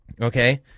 Okay